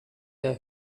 der